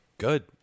good